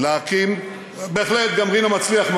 להקים, גם רינה מצליח, בהחלט, גם רינה מצליח.